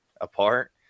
apart